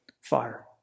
fire